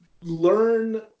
learn